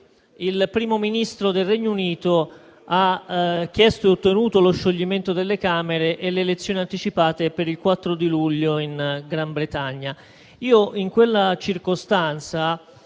il Primo Ministro del Regno Unito ha chiesto ed ottenuto lo scioglimento delle Camere e le elezioni anticipate per il 4 luglio in Gran Bretagna.